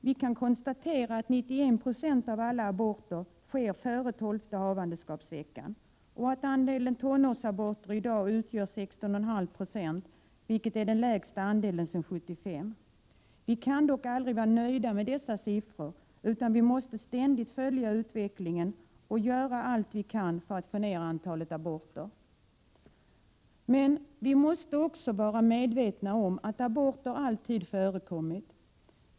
Vi kan konstatera att 91 96 av alla aborter sker före 12:e havandeskapsveckan och att andelen tonårsaborter i dag utgör 16,5 96, vilket är den lägsta andelen sedan 1975. Vi kan dock aldrig vara nöjda med dessa siffror, utan vi måste ständigt följa utvecklingen och göra allt vi kan för att få ner antalet aborter. Men vi måste också vara medvetna om att aborter alltid förekommit.